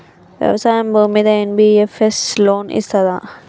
వ్యవసాయం భూమ్మీద NBFS loan ఇస్తదా?